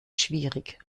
schwierig